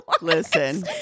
Listen